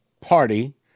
party